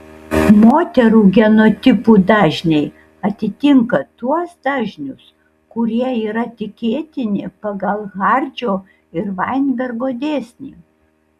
moterų genotipų dažniai atitinka tuos dažnius kurie yra tikėtini pagal hardžio ir vainbergo dėsnį